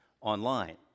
online